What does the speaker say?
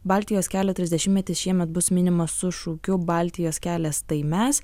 baltijos kelio trisdešimtmetis šiemet bus minimas su šūkiu baltijos kelias tai mes